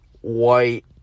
white